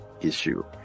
issue